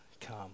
come